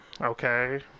Okay